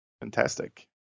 Fantastic